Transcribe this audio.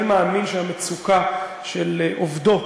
אני מאמין שהמצוקה של עובדות